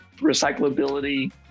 recyclability